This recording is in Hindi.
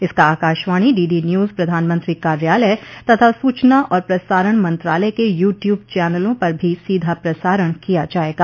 इसका आकाशवाणी डीडी न्यूज प्रधानमंत्री कार्यालय तथा सूचना और प्रसारण मंत्रालय के यूट्यूब चैनलों पर भी सीधा प्रसारण किया जायेगा